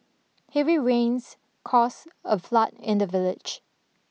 heavy rains caused a flood in the village